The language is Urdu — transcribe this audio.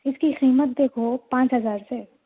اِس کی قیمت دیکھو پانچ ہزار ہے